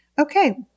okay